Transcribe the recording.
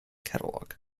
catalog